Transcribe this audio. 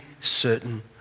certain